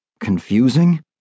confusing